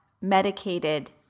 medicated